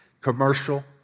commercial